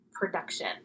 production